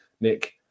Nick